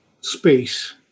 space